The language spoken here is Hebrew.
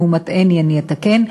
ואם הוא מטעני אני אתקן,